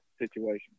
situation